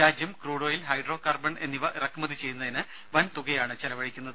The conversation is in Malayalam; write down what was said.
രാജ്യം ക്രൂഡോയിൽ ഹൈഡ്രോകാർബൺ എന്നിവ ഇറക്കുമതി ചെയ്യുന്നതിന് വൻതുകയാണ് ചെലവഴിക്കുന്നത്